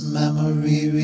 memory